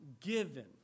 given